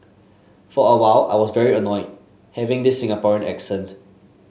for a while I was very annoyed having this Singaporean accent